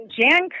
Jan